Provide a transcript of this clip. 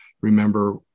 Remember